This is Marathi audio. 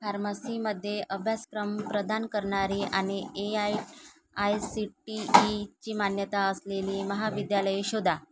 फार्मसीमध्ये अभ्यासक्रम प्रदान करणारी आणि A I I C T ईची मान्यता असलेली महाविद्यालये शोधा